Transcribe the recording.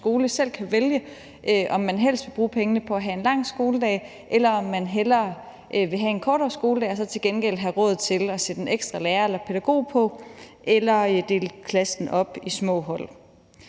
selv kan vælge, om man helst vil bruge pengene på at have en lang skoledag, eller om man hellere vil have en kortere skoledag og så til gengæld have råd til at sætte en ekstra lærer eller pædagog på eller dele klassen op i små hold.